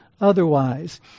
otherwise